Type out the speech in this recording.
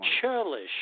churlish